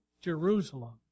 Jerusalem